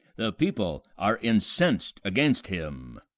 the people are incens'd against him.